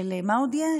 ולמה עוד יש?